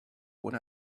what